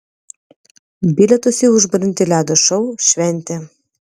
bilietus į užburiantį ledo šou šventė